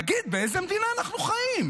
תגיד, באיזו מדינה אנחנו חיים?